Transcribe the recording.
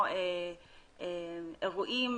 באירועים,